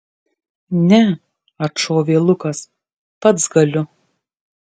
ne atšovė lukas pats galiu